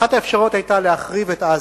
אחת האפשרויות היתה להחריב את עזה,